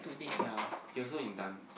ya he also in dance